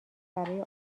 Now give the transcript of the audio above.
برای